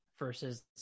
versus